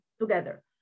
together